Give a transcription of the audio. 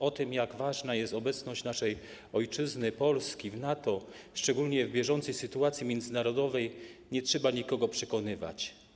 O tym, jak ważna jest obecność naszej ojczyzny, Polski, w NATO, szczególnie w bieżącej sytuacji międzynarodowej, nie trzeba nikogo przekonywać.